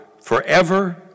forever